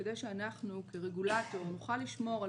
כדי שאנחנו כרגולטור נוכל לשמור על